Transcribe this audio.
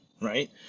right